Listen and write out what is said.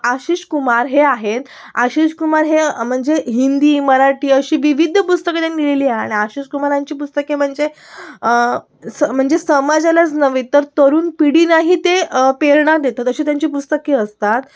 आशिष कुमार हे आहेत आशिष कुमार हे म्हणजे हिंदी मराठी अशी विविध पुस्तके त्यांनी लिहिलेली आहेत आणि आशिष कुमारांची पुस्तके म्हणजे सं म्हणजे समाजालाच नव्हे तर तरुण पिढीलाही ते पेळना देतात अशी त्यांची पुस्तके असतात